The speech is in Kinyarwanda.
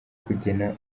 kugena